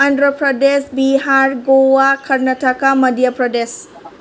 Andhra Pradesh Bihar Goa Karnataka Madhya Pradesh